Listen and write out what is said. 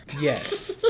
yes